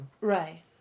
Right